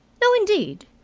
no, indeed.